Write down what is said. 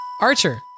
Archer